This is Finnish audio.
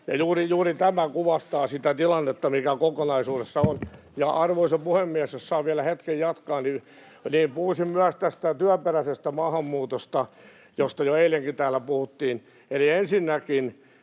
Juuri tämä kuvastaa sitä tilannetta, mikä kokonaisuudessa on. Arvoisa puhemies, jos saan vielä hetken jatkaa, puhuisin myös työperäisestä maahanmuutosta, josta jo eilenkin täällä puhuttiin: